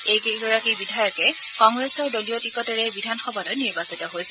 এই কেইগৰাকী বিধায়কে কংগ্ৰেছৰ দলীয় টিকটেৰে বিধান সভালৈ নিৰ্বাচিত হৈছিল